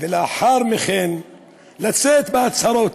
ולאחר מכן לצאת בהצהרות.